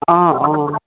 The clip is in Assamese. অঁ অঁ